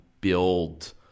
build